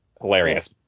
hilarious